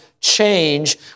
change